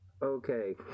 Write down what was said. Okay